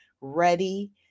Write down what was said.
ready